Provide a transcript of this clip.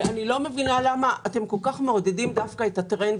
ואיני מבינה למה אתם מעודדים את הטרנד